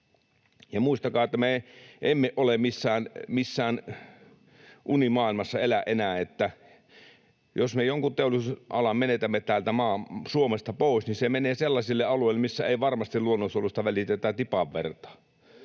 Muistakaa, että me emme elä missään unimaailmassa enää: jos me jonkun teollisuudenalan menetämme täältä Suomesta pois, niin se menee sellaisille alueille, missä ei varmasti luonnonsuojelusta välitetä tipan vertaa,